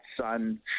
son